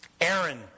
Aaron